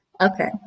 Okay